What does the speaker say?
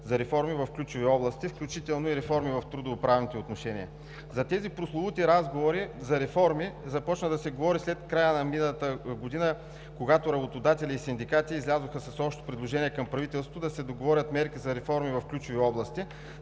за реформи в ключови области, включително и реформи в трудовоправните отношения. За тези прословути разговори за реформи започна да се говори след края на миналата година, когато работодатели и синдикати излязоха с общо предложение към правителството – да се договорят мерки за реформи в ключови области.